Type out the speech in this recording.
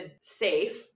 safe